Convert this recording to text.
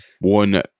One